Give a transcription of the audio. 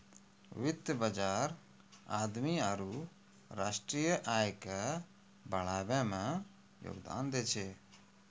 वित्त बजार आदमी आरु राष्ट्रीय आय के बढ़ाबै मे योगदान दै छै